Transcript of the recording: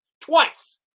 Twice